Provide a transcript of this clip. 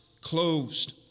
closed